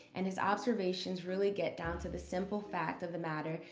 and his observations really get down to the simple fact of the matter,